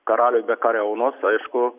karaliui be kariaunos aišku